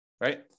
right